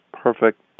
perfect